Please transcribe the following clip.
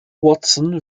watson